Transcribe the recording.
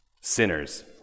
sinners